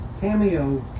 Cameo